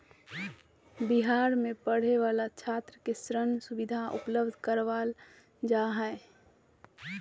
बिहार में पढ़े वाला छात्र के ऋण सुविधा उपलब्ध करवाल जा हइ